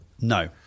No